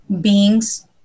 beings